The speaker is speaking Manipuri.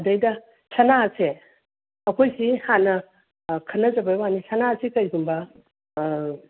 ꯑꯗꯩꯗ ꯁꯅꯥꯁꯦ ꯑꯩꯈꯣꯏꯁꯤ ꯍꯥꯟꯅ ꯈꯟꯅꯖꯕꯩ ꯋꯥꯅꯤ ꯁꯅꯥꯖꯦ ꯀꯩꯒꯨꯝꯕ